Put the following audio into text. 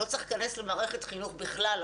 לא צריך להיכנס למערכת החינוך בכלל.